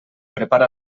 prepara